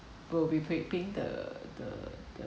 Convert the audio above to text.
will be paid paying the the the